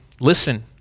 listen